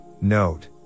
note